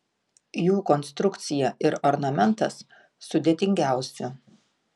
jų konstrukcija ir ornamentas sudėtingiausi